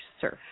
surf